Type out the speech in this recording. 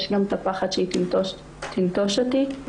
יש גם את הפחד שהיא תנטוש אותי.